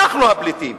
אנחנו הפליטים.